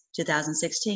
2016